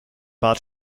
bad